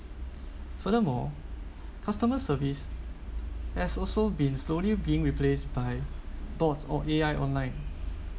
furthermore customer service has also been slowly being replaced by bots or A_I online